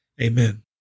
Amen